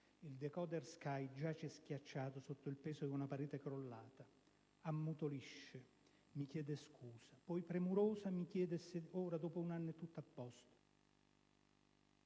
Il *decoder* Sky giace schiacciato sotto il peso di una parete crollata. Ammutolisce. Quindi si scusa (...). Poi, premurosa, mi chiede se ora, dopo un anno, è tutto a posto.